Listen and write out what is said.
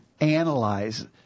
analyze